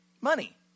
money